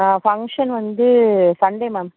function வந்து Sunday ma'am